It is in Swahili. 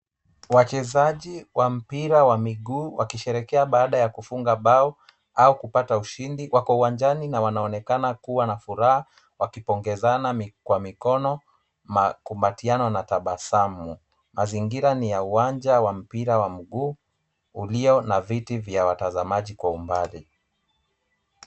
Wachezaji wa mpira wa miguu wakisherehekea baada ya kufunga bao au kupata ushindi. Wako uwanjani na wanaonekana kuwa na furaha wakipongezana kwa mikono, makumbatiano na tabasamu. Mazingira ni ya uwanja wa mpira wa mguu ulio na viti vya watazamaji kwa umbali.